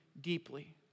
deeply